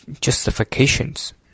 justifications